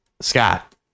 Scott